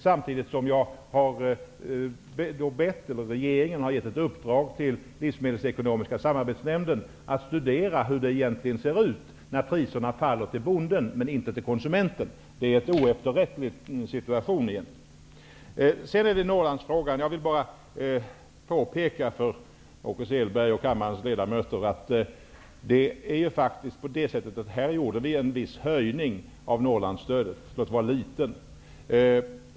Samtidigt har regeringen gett uppdrag till Livsmedelsekonomiska samarbetsnämnden att studera hur det utfaller när priserna sänks för bonden men inte för konsumenten. Det är en oefterrättlig situation. Så går jag vidare till Norrlandsfrågan. Jag vill bara påpeka för Åke Selberg och kammarens ledamöter att det gjordes en viss höjning av Norrlandsstödet -- låt vara liten.